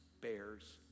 bears